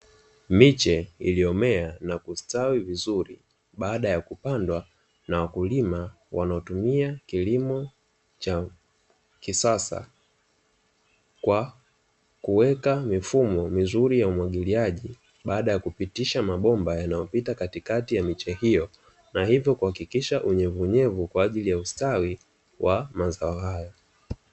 Miche iliyomea na kustawi vizuri baada ya kupandwa na wakulima wanaotumia kilimo cha kisasa kwa kuweka mifumo mizuri ya umwagiliaji baada ya kupitisha mabomba yanayopita katikati ya miche hiyo na hivyo kuhakikisha unyevuunyevu kwa ajili ya ustawi wa mazao haya.